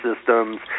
systems